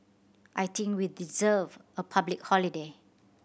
I think we deserve a public holiday